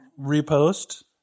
repost